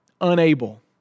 unable